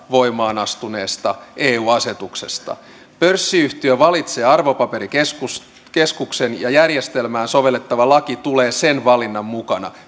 voimaan astuneesta eu asetuksesta pörssiyhtiö valitsee arvopaperikeskuksen ja järjestelmään sovellettava laki tulee sen valinnan mukana